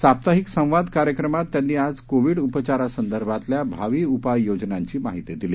साप्ताहिकसंवादकार्यक्रमातत्यांनीआजकोविडउपचारासंदर्भातल्याभावीउपाययोजनांचीमा हितीदिली